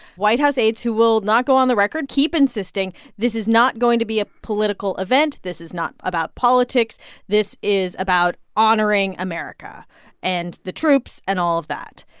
white house aides who will not go on the record keep insisting this is not going to be a political event this is not about politics this is about honoring america and the troops and all of that.